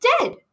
dead